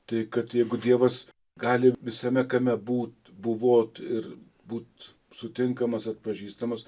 tai kad jeigu dievas gali visame kame būt buvot ir būt sutinkamas atpažįstamas